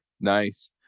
Nice